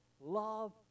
love